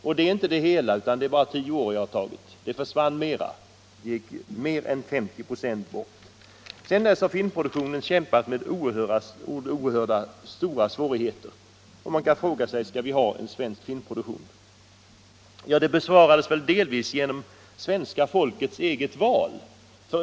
Då har jag bara räknat på tio år. På längre sikt har mer än 50 96 gått bort. Filmproduktionen kämpar nu med oerhörda svårigheter. Man kan därför fråga om vi skall ha en svensk filmproduktion. Ja, den frågan besvaras delvis genom svenska folkets eget val.